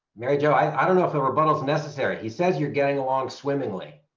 mary jo i don't know if a rebuttal is necessary. he said you're getting along swimmingly.